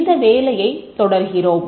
இந்த வேலையைத் தொடர்கிறோம்